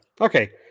Okay